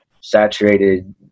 saturated